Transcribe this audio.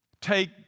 take